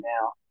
now